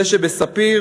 זה שב"ספיר"